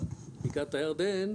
בקעת הירדן,